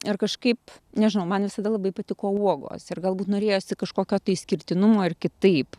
ir kažkaip nežinau man visada labai patiko uogos ir galbūt norėjosi kažkokio tai išskirtinumo ir kitaip